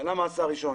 בעלה במעצר ראשון.